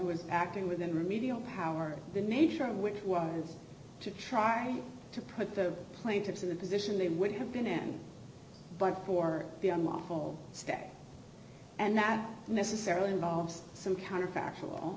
was acting within remedial powers the nature of which was to try to put the plaintiffs in the position they would have been an but for the unlawful step and not necessarily involves some kind of factual